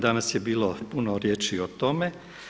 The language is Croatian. Danas je bilo puno riječi o tome.